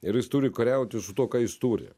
ir jis turi kariauti su tuo ką jis turi